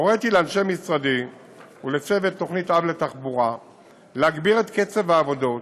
הוריתי לאנשי משרדי ולצוות תוכנית אב לתחבורה להגביר את קצב העבודות